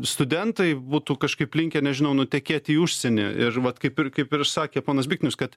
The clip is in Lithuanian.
studentai būtų kažkaip linkę nežinau nutekėti į užsienį ir vat kaip ir kaip ir sakė ponas biknius kad